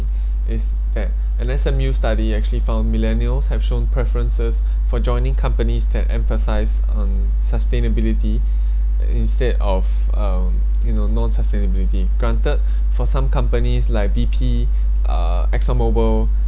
is that S_M_U studies actually found millennials have shown preferences for joining companies that emphasized on sustainability instead of um you know non sustainability granted for some companies like B_P uh exxon mobil